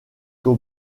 cow